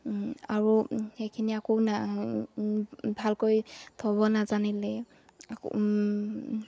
আৰু সেইখিনি আকৌ ভালকৈ থ'ব নাজানিলে